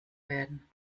werden